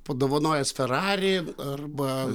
padovanojęs ferrari arba